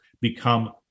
become